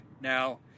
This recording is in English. Now